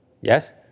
Yes